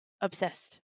obsessed